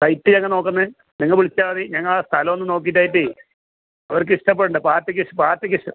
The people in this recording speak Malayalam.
സൈറ്റ് എതാണ് നോക്കുന്നത് നിങ്ങൾ വിളിച്ചാൽ മതി ഞങ്ങൾ ആ സ്ഥലമൊന്ന് നോക്കിയിട്ട് ആയിട്ട് അവർക്കിഷ്ടപ്പെടേണ്ടേ പാർട്ടിക്ക് പാർട്ടിക്ക്